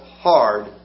hard